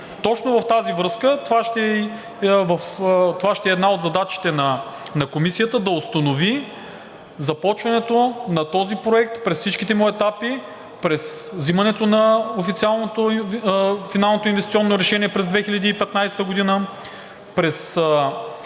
Точно в тази връзка това ще е една от задачите на Комисията – да установи започването на този проект през всичките му етапи, през взимането на официалното финално инвестиционно решение през 2015 г., през